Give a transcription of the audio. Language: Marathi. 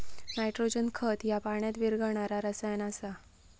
नायट्रोजन खत ह्या पाण्यात विरघळणारा रसायन आसा